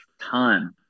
time